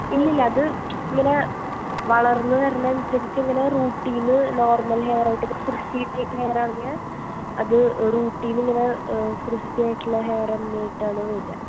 ഇല്ലില്ല അത് ഇങ്ങനെ വളർന്ന് വരുന്നതിന് അനുസരിച്ച് ഇങ്ങനെ റൂട്ടിന് നോർമൽ ഹെയറായിട്ട് ഹെയർ ആണെങ്കിൽ അത് റൂട്ടിൽനിന്ന് ഇങ്ങനെ ക്രിസ്പി ആയിട്ടുള്ള ഹെയറ് തന്നെയായിട്ടുള്ള വരിക